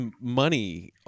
money